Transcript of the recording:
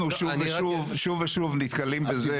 אנחנו שוב ושוב נתקלים בזה.